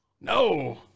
no